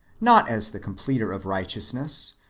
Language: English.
not as the completer of righteousness,